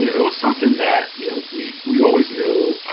it was something that, you know, we we always knew,